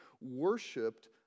worshipped